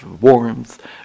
warmth